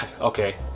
okay